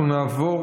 אנחנו נעבור